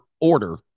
order